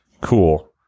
Cool